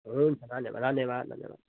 हुन्छ धन्यवाद धन्यवाद